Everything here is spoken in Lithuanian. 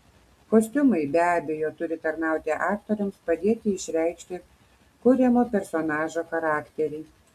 kostiumai be abejo turi tarnauti aktoriams padėti išreikšti kuriamo personažo charakterį